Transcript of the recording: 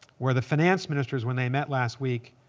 where the finance ministers when they met last week,